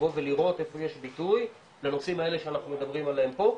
לבוא ולראות איפה יש ביטוי לנושאים האלה שאנחנו מדברים עליהם פה,